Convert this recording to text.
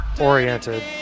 oriented